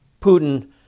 Putin